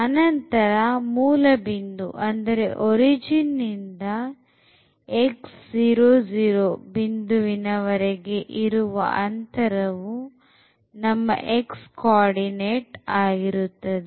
ಅನಂತರ ಮೂಲಬಿಂದುವಿನಿಂದ x00 ಬಿಂದುವಿನ ವರೆಗೆ ಇರುವ ಅಂತರವು ನಮ್ಮ x ಕೋಆರ್ಡಿನೇಟ್ ಆಗಿರುತ್ತದೆ